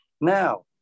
Now